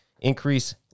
increase